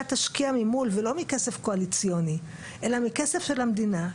תשקיע ממול ולא מכסף קואליציוני אלא מכסף של המדינה,